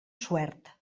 suert